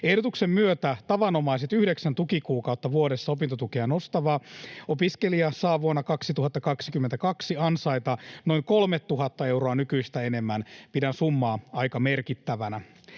Ehdotuksen myötä tavanomaiset yhdeksän tukikuukautta vuodessa opintotukea nostava opiskelija saa vuonna 2022 ansaita noin 3 000 euroa nykyistä enemmän. Pidän summaa aika merkittävänä.